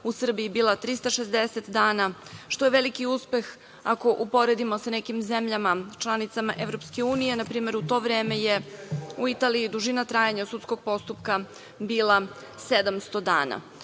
u Srbiji bila 360 dana, što je veliki uspeh ako uporedimo sa nekim zemljama članicama EU. Na primer, u to vreme je u Italiji dužina trajanja sudskog postupka bila 700 dana.U